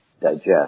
digest